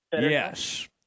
yes